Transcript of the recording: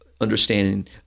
understanding